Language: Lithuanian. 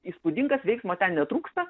įspūdingas veiksmo ten netrūksta